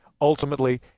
ultimately